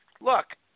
Look